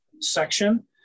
section